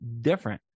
different